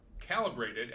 calibrated